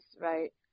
right